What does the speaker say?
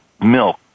milk